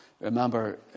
remember